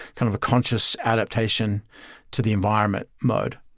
kind of a conscious adaptation to the environment mode.